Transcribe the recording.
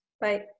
Bye